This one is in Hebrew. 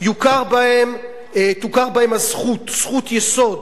תוכר בהן הזכות, זכות יסוד,